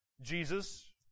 Jesus